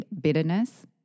bitterness